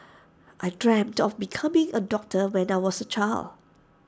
I dreamt of becoming A doctor when I was A child